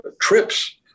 trips